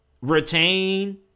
retain